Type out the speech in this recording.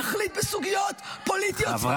נחליט בסוגיות פוליטיות שונות,